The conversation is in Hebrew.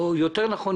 או יותר נכון,